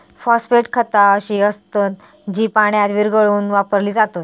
phosphate खता अशी असत जी पाण्यात विरघळवून वापरली जातत